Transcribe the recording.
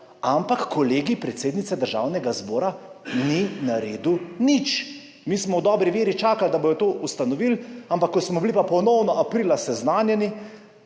ampak Kolegij predsednice Državnega zbora ni naredil nič. Mi smo v dobri veri čakali, da bodo to ustanovili, ampak ko smo bili aprila ponovno seznanjeni,